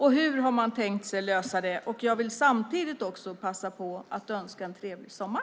Hur har man tänkt sig lösa det? Jag vill också passa på att önska en trevlig sommar.